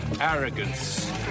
arrogance